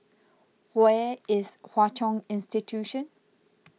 where is Hwa Chong Institution